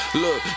look